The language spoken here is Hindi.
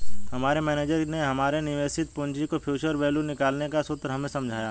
हमारे मेनेजर ने हमारे निवेशित पूंजी की फ्यूचर वैल्यू निकालने का सूत्र हमें समझाया